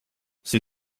sie